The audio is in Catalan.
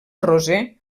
roser